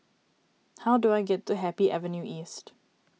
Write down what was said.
how do I get to Happy Avenue East